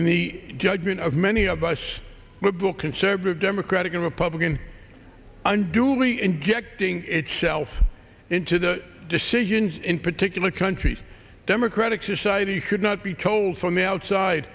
in the judgment of many of us but the conservative democratic and republican unduly injecting itself into the decisions in particular countries democratic society should not be told from the outside